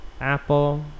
apple